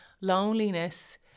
loneliness